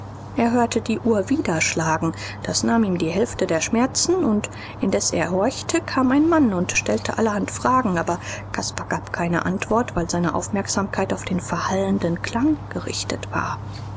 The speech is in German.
er hörte die uhr wieder schlagen das nahm ihm die hälfte der schmerzen und indes er horchte kam ein mann und stellte allerhand fragen aber caspar gab keine antwort weil seine aufmerksamkeit auf den verhallenden klang gerichtet war